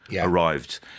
arrived